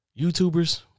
YouTubers